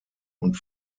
und